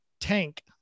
Tank